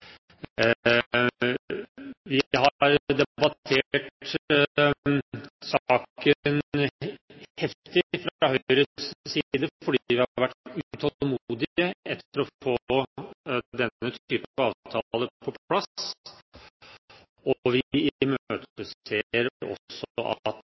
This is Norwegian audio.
fra Høyres side debattert saken heftig, fordi vi har vært utålmodige etter å få denne type avtaler på plass, og vi